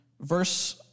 verse